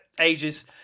ages